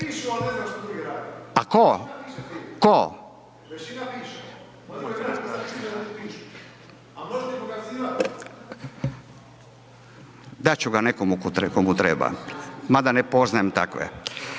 Dat ću ga nekom komu treba, mada ne poznajem takve.